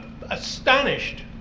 astonished